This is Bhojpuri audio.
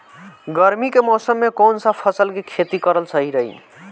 गर्मी के मौषम मे कौन सा फसल के खेती करल सही रही?